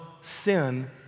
sin